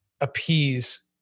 appease